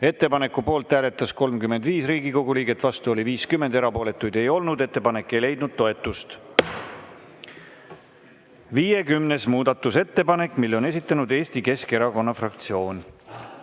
Ettepaneku poolt hääletas 35 Riigikogu liiget, vastu oli 50, erapooletuid ei olnud. Ettepanek ei leidnud toetust.50. muudatusettepanek. Selle on esitanud Eesti Keskerakonna fraktsioon.